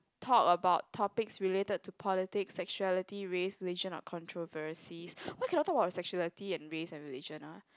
talk about topics related to politics sexuality race religion or controversy why cannot talk about sexuality and race and religion ah